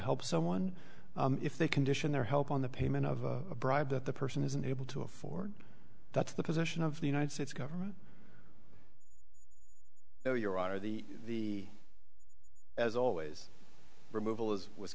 help someone if they condition their help on the payment of a bribe that the person isn't able to afford that's the position of the united states government no your honor the as always removal as was